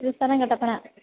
ഇത് സ്ഥലം കട്ടപ്പന